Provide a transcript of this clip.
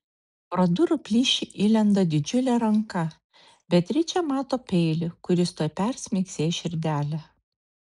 pro durų plyšį įlenda didžiulė ranka beatričė mato peilį kuris tuoj persmeigs jai širdelę